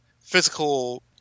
physical